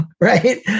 Right